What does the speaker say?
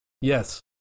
Yes